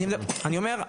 אני אומר,